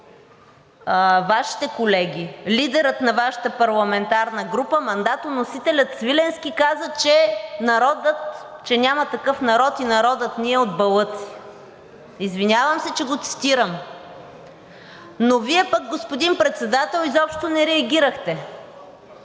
Вашите колеги – лидерът на Вашата парламентарна група, мандатоносителят Свиленски, каза, че няма такъв народ и народът ни е от балъци. Извинявам се, че го цитирам, но Вие пък, господин Председател, не реагирахте.